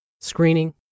screening